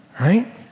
Right